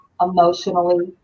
emotionally